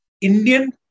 Indian